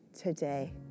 today